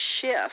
shift